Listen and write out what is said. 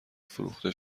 فروخته